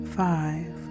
five